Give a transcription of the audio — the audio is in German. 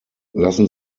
lassen